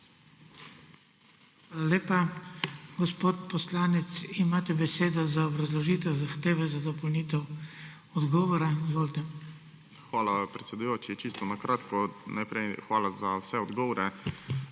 Hvala, predsedujoči. Čisto na kratko. Najprej hvala za vse odgovore.